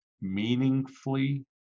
meaningfully